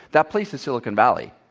that place is silicon valley.